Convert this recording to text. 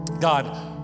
God